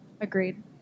Agreed